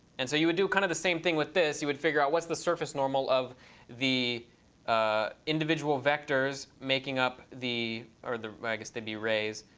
and so you would do kind of the same thing with this. you would figure out, what's the surface normal of the ah individual vectors making up the or i guess they'd be rays.